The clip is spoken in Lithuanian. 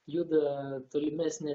juda tolimesnė